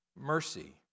mercy